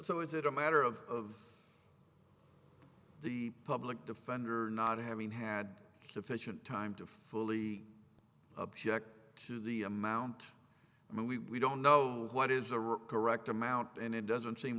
so is it a matter of the public defender not having had sufficient time to fully object to the amount and we don't know what is a or correct amount and it doesn't seem